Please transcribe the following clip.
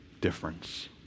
difference